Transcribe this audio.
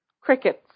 Crickets